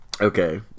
Okay